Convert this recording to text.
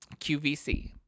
QVC